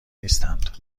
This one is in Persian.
نیستند